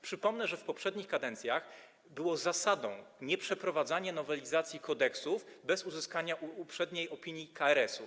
Przypomnę, że w poprzednich kadencjach było zasadą nieprzeprowadzanie nowelizacji kodeksów bez uzyskania uprzedniej opinii KRS-u.